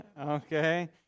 Okay